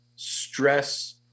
stress